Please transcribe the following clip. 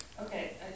Okay